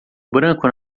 branco